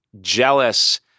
jealous